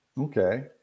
Okay